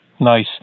Nice